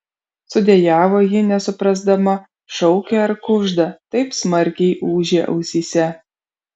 sudejavo ji nesuprasdama šaukia ar kužda taip smarkiai ūžė ausyse